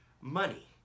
money